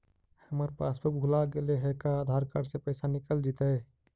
हमर पासबुक भुला गेले हे का आधार कार्ड से पैसा निकल जितै?